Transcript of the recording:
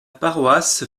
paroisse